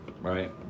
Right